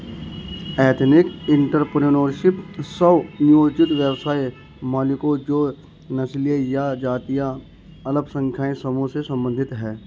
ethnic entrepreneurship, स्व नियोजित व्यवसाय मालिकों जो नस्लीय या जातीय अल्पसंख्यक समूहों से संबंधित हैं